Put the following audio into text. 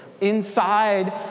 inside